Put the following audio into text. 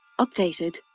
Updated